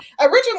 Originally